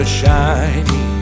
shiny